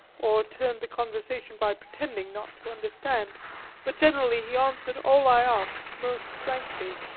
or turned the conversation by pretending not to understand but generally he answered all i asked most frankly.